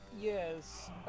Yes